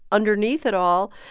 underneath it all,